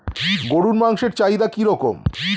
গরুর মাংসের চাহিদা কি রকম?